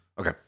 Okay